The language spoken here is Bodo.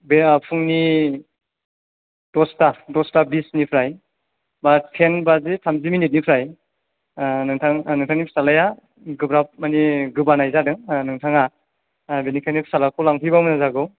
बेयो फुंनि दसथा दसथा बिसनिफ्राय बा टेनबाजि थामजि मिनिटनिफ्राय नोंथां नोंथांनि फिसाज्लाया गोब्राब मानि गोबानाय जादों नोंथाङा बिनिखायनो फिसाज्लाखौ लांफैबा मोजां जागौ